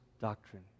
doctrine